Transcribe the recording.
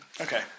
Okay